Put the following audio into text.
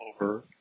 over